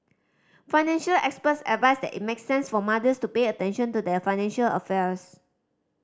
financial experts advise that it makes sense for mothers to pay attention to their financial affairs